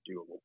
doable